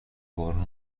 بارون